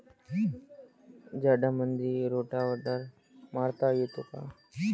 झाडामंदी रोटावेटर मारता येतो काय?